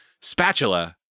Spatula